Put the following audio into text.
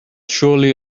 surely